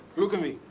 look at me.